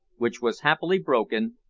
which was happily broken,